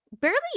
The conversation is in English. barely